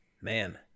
Man